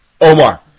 Omar